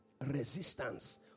resistance